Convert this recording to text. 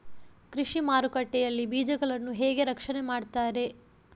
ಕೃಷಿ ಮಾರುಕಟ್ಟೆ ಯಲ್ಲಿ ಬೀಜಗಳನ್ನು ಹೇಗೆ ರಕ್ಷಣೆ ಮಾಡ್ತಾರೆ?